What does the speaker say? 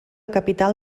capital